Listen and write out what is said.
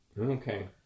Okay